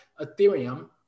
Ethereum